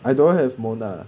I don't have mona